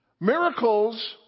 Miracles